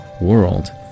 world